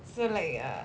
so like ya